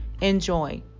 enjoy